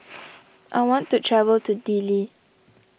I want to travel to Dili